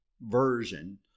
version